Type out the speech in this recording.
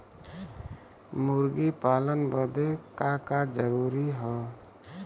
मुर्गी पालन बदे का का जरूरी ह?